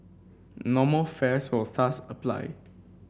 normal fares will thus apply